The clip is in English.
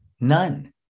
None